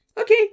okay